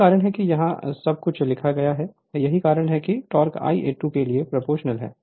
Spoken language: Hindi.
यही कारण है कि यहां सब कुछ लिखा गया है यही कारण है कि टॉर्क Ia2 के लिए प्रोपोर्शनल है